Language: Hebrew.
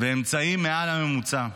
אמצעים מעל הממוצע.